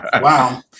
Wow